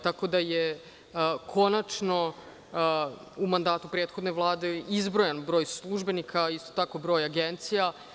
Tako da je konačno u mandatu prethodne Vlade izbrojan broj službenika, isto tako broj agencija.